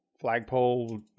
flagpole